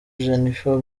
jennifer